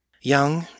Young